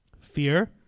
fear